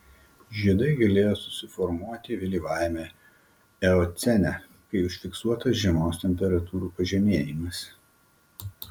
žiedai galėjo susiformuoti vėlyvajame eocene kai užfiksuotas žiemos temperatūrų pažemėjimas